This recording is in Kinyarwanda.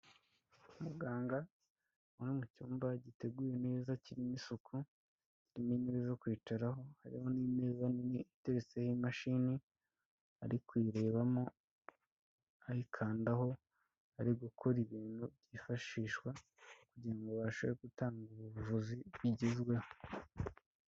Muganga uri mu cyumba giteguye neza kirimo isuku n'intebe zo kwicaraho hariho n'imeza nini iteretseho imashini ari kuyirebamo, ayikandaho ari gukora ibintu byifashishwa kugirango abashe gutanga ubu buvuzi bugezweho.